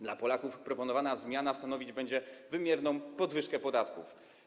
Dla Polaków proponowana zmiana stanowić będzie wymierną podwyżkę podatków.